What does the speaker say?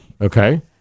okay